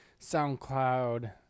soundcloud